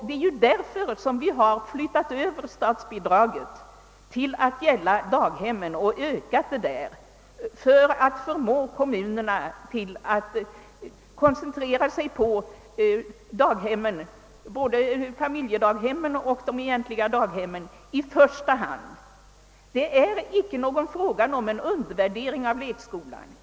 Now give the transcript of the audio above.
Det är därför som vi har flyttat över statsmedel på så sätt, att bidragen till daghem ökats; vi vill förmå kommunerna att koncentrera sig på daghemmen, både familjedaghem och de egentliga daghemmen i första hand. Det är således icke fråga om någon undervärdering av lekskolan.